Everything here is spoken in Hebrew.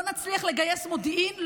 לא נצליח לגייס מודיעין,